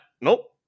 nope